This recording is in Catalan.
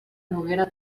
noguera